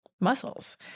muscles